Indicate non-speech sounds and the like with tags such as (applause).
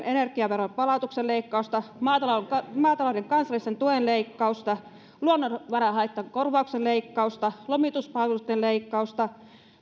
(unintelligible) energiaveron palautuksen leikkausta maatalouden kansallisen tuen leikkausta luonnonvarahaittakorvauksen leikkausta lomituspalvelujen leikkausta